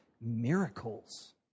miracles